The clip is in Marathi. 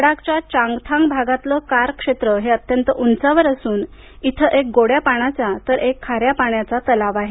लड्डाखच्या चांगथांग भागामधलं कार क्षेत्र हे अत्यंत उंचावर असून इथे एक गोड्या पाण्याचा तर एक खाऱ्या पाण्याचा तलाव आहे